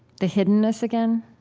the hiddenness again.